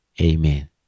amen